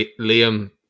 Liam